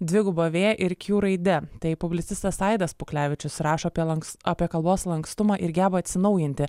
dviguba v ir kju raide tai publicistas aidas puklevičius rašo apie lanks apie kalbos lankstumą ir gebą atsinaujinti